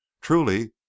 truly